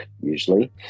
usually